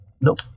Nope